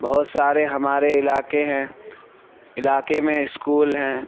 بہت سارے ہمارے علاقے ہیں علاقے میں اسکول ہیں